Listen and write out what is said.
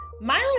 Miley